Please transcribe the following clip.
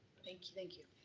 thank you, thank you.